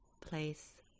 place